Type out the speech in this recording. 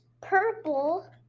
purple